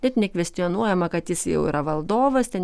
net nekvestionuojama kad jis jau yra valdovas ten